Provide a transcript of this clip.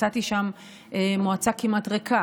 מצאתי שם מועצה כמעט ריקה.